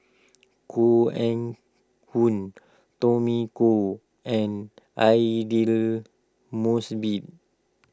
Koh Eng Hoon Tommy Koh and Aidli Mosbit